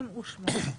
בשעה 11:38.)